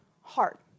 heart